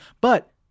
But-